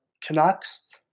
Canucks